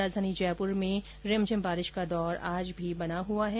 राजधानी जयपुर में रिमझिम बारिश का दौर आज भी बना हुआ है